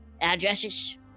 addresses